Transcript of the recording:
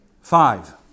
Five